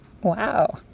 Wow